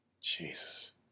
Jesus